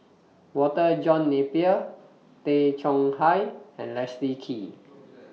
Walter John Napier Tay Chong Hai and Leslie Kee